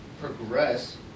progress